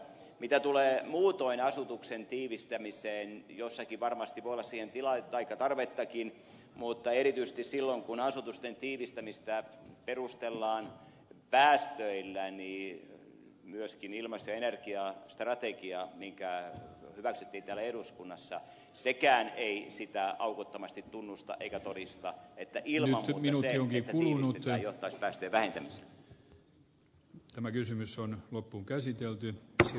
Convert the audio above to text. mitä tulee muutoin asutuksen tiivistämiseen jossakin varmasti voi olla siihen tarvettakin mutta erityisesti silloin kun asutusten tiivistämistä perustellaan päästöillä niin myöskään ilmasto ja energiastrategia mikä hyväksyttiin täällä eduskunnassa ei sitä aukottomasti tunnusta eikä todista että ilman muuta se että tiivistetään johtaisi päästöjen vähentämiseen